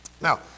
Now